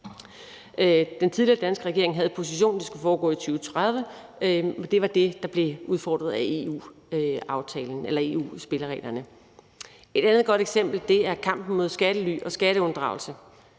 Den tidligere danske regering havde den position, at det skulle træde i kraft i 2030, men det var det, der blev udfordret af EU-spillereglerne. Et andet godt eksempel er kampen mod skattely og skatteunddragelse.